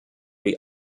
die